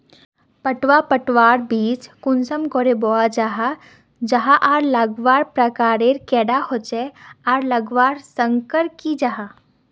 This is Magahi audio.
पटवा पटवार बीज कुंसम करे बोया जाहा जाहा आर लगवार प्रकारेर कैडा होचे आर लगवार संगकर की जाहा?